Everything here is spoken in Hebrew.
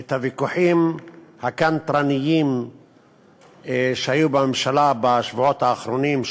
את הוויכוחים הקנטרניים שהיו בממשלה בשבועות האחרונים,